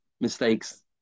mistakes